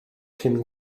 cyn